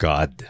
God